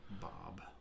Bob